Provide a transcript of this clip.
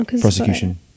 Prosecution